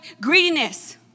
greediness